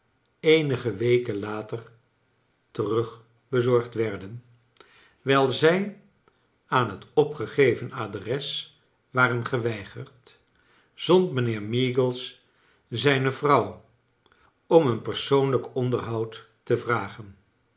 eenige weken later terugbezorgd werden wijl zij aan het opgegeven adres waren geweigerd zond mijnheer meagles zijne vrouw om een persoonlijk onderhoud te vragen